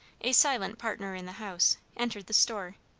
a silent partner in the house, entered the store.